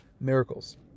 miracles